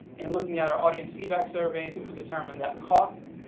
in looking at our audience feedback surveys it was determined that cost,